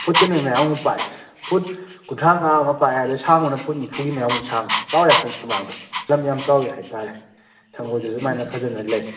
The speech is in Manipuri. ꯐꯨꯠ ꯀꯩꯅꯣ ꯃꯌꯥꯃꯨꯛ ꯄꯥꯛꯑꯦ ꯐꯨꯠ ꯀꯨꯟꯊ꯭ꯔꯥꯃꯉꯥ ꯑꯃ ꯄꯥꯛꯑꯦ ꯑꯗꯩ ꯁꯥꯡꯕꯅ ꯐꯨꯠ ꯅꯤꯐꯨꯒꯤ ꯃꯌꯥꯃꯨꯛ ꯁꯥꯡꯉꯦ ꯆꯥꯎꯋꯦ ꯁꯨꯃꯥꯡꯗꯣ ꯂꯝ ꯌꯥꯝ ꯆꯥꯎꯋꯤ ꯍꯥꯏ ꯇꯥꯔꯦ ꯁꯪꯒꯣꯏꯗꯨꯁꯨ ꯑꯗꯨꯃꯥꯏꯅ ꯐꯖꯅ ꯂꯩ